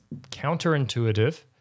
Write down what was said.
counterintuitive